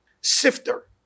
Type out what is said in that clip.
sifter